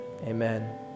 amen